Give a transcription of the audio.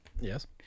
Yes